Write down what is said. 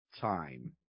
time